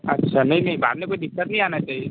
अच्छा नहीं नहीं बाद में कोई दिक्कत नहीं आना चाहिए